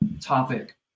topic